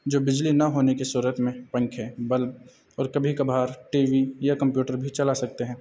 جو بجلی نہ ہونے کی صورت میں پنکھے بلب اور کبھی کبھار ٹی وی یا کمپیوٹر بھی چلا سکتے ہیں